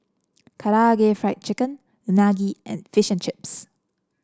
Karaage Fried Chicken Unagi and Fish and Chips